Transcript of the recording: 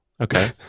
Okay